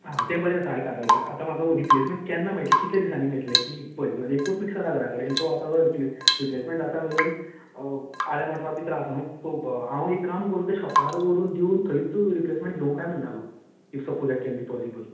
आ तें बरें आसा आयकांत आयकां आतां म्हाका रिप्लेसमेंट केन्ना मेळटलें कितल्या दिसांनी मेळटलें कि पळय जणएकूच मिक्सर आहा घरान कडेन तो आतां जर रिप्लेस रिप्लेसमेंट जाता मेरेन आयन वाटपाक बी त्रास नू सो हांव एक काम करूं तें शॉपार व्हरून दिवन थंयच रिप्लेसमेंट घेव काय म्हणटालो if suppose that can be possible